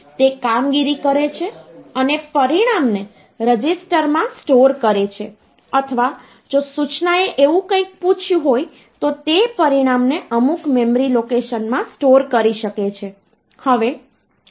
તે કામગીરી કરે છે અને પરિણામને રજિસ્ટરમાં સ્ટોર કરે છે અથવા જો સૂચનાએ એવું કંઈક પૂછ્યું હોય તો તે પરિણામને અમુક મેમરી લોકેશનમાં સ્ટોર કરી શકે છે